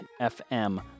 FM